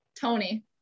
Tony